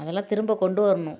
அதெல்லாம் திரும்ப கொண்டு வரணும்